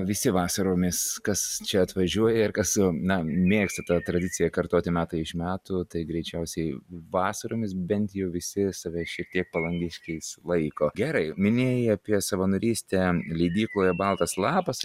visi vasaromis kas čia atvažiuoja ir kas na mėgsta tą tradiciją kartoti metai iš metų tai greičiausiai vasaromis bent jau visi save šiek tiek palangiškiais laiko gerai minėjai apie savanorystę leidykloje baltas lapas